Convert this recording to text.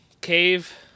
Cave